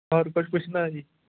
ਹੋਰ ਕੁਝ ਪੁੱਛਣਾ ਜੀ